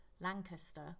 Lancaster